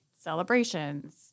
celebrations